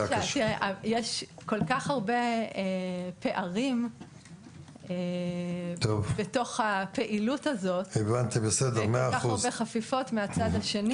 יש כל כך הרבה פערים בתוך הפעילות הזאת וכל כך הרבה חפיפות מן הצד השני.